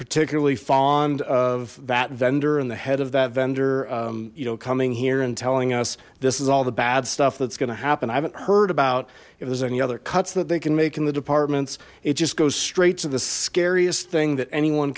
particularly fond of that vendor and the head of that vendor you know coming here and telling us this is all the bad stuff that's going to happen i haven't heard about if there's any other cuts that they can make in the department's it just goes straight to the scariest thing that anyone